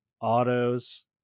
autos